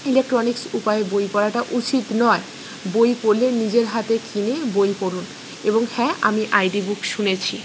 electronics উপায়ে বই পড়াটা উচিত নয় বই পড়লে নিজের হাতে কিনে বই পড়ুন এবং হ্যাঁ আমি আই ডি বুক শুনেছি